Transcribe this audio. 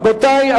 רבותי,